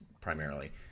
primarily